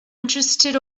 interested